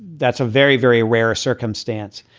that's a very, very rare circumstance.